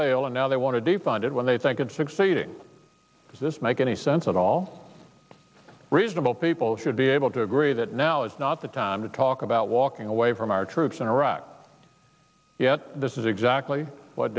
fail and now they want to defund it when they think it's succeeding does this make any sense at all reasonable people should be able to agree that now is not the time to talk about walking away from our troops in iraq yet this is exactly what